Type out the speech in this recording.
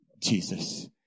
Jesus